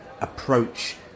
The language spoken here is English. approach